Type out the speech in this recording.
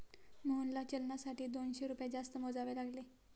मोहनला चलनासाठी दोनशे रुपये जास्त मोजावे लागले